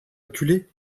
acculé